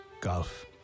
golf